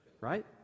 right